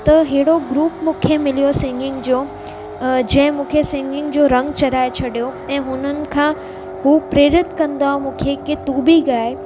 त अहिड़ो ग्रूप मूंखे मिलियो सिंगिंग जो जंहिं मूंखे सिंगिंग जो रंग चढ़ाए छॾियो ऐं हुननि खां हू प्रेरित कंदा मूंखे की तूं बि ॻाए